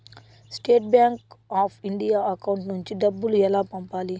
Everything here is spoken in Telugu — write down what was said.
State Bank of India account నుంచి డబ్బులు ఎలా పంపాలి?